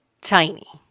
tiny